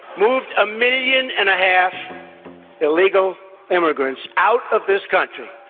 moved a million and a half illegal immigrants out of this country,